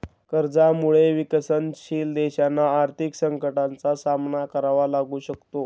कर्जामुळे विकसनशील देशांना आर्थिक संकटाचा सामना करावा लागू शकतो